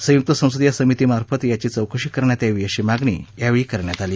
संयुक्त संसदीय समिती मार्फत याची चौकशी करण्यात यावी अशी मागणी यावेळी करण्यात आली